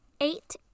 Eight